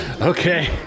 Okay